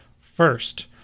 first